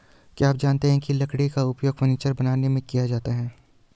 क्या आप जानते है लकड़ी का उपयोग फर्नीचर बनाने में किया जाता है?